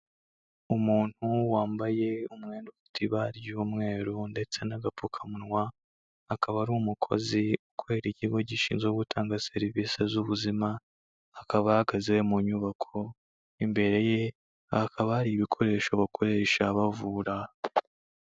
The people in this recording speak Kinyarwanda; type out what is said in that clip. Umuntu wambaye umwenda ufite ibara ry'umweru ndetse n'agapfukamunwa, akaba ari umukozi ukorera ikigo gishinzwe gutanga serivisi z'ubuzima, akaba ahagaze mu nyubako, imbere ye hakaba hari ibikoresho bakoresha bavura.